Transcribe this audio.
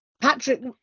Patrick